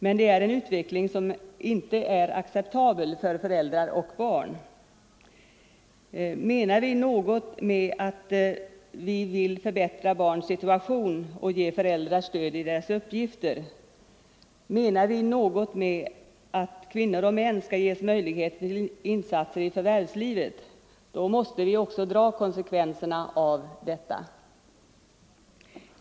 Men det är en utveckling som inte är acceptabel för föräldrar och barn. Menar vi något med att vi vill förbättra barns situation och ge föräldrar stöd i deras uppgift, menar vi något med att kvinnor och män skall ges möjlighet till insatser i förvärvslivet, då måste vi också ta konsekvenserna av detta.